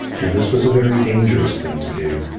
now this was a very dangerous thing to do,